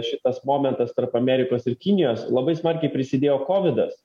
šitas momentas tarp amerikos ir kinijos labai smarkiai prisidėjo kovidas